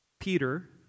Peter